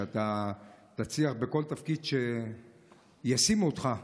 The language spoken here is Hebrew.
שאתה תצליח בכל תפקיד שבו ישימו אותך.